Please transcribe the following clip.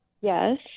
yes